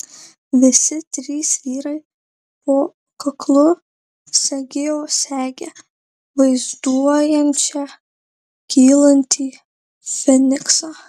visi trys vyrai po kaklu segėjo segę vaizduojančią kylantį feniksą